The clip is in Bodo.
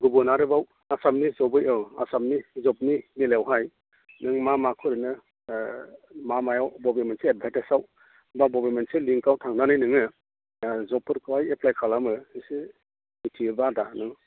गुबुन आरोबाव आसामनि हिसाबै औ आसामनि जबनि बेलायावहाय नों मा माखौ ओरैनो मा मायाव बबे मोनसे एडभार्टाइसाव बा बबे मोनसे लिंकआव थांनानै नोङो जबफोरखौ एप्लाइ खालामो एसे मिथिहोब्ला आदा नों